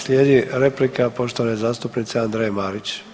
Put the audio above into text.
Slijedi replika poštovane zastupnice Andreje Marić.